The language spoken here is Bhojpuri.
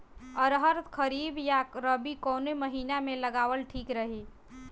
अरहर खरीफ या रबी कवने महीना में लगावल ठीक रही?